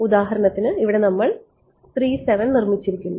ഉദാഹരണത്തിന് ഇവിടെ നമ്മൾ നിർമ്മിച്ചിരിക്കുന്നു